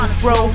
bro